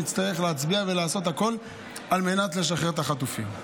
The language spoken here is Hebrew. נצטרך להצביע ולעשות הכול על מנת לשחרר את החטופים.